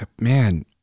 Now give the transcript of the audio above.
man